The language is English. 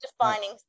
Defining